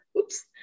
oops